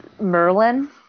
Merlin